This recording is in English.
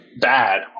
bad